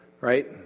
right